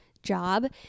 Job